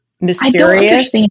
mysterious